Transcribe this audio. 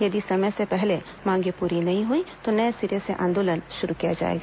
यदि समय से पहले मांगें पूरी नहीं हुई तो नए सिरे से आंदोलन शुरू किया जाएगा